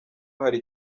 hari